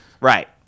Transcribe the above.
right